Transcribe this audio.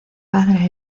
padre